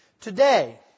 Today